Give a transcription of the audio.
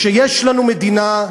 כשיש לנו מדינה,